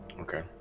Okay